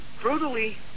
brutally